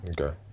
Okay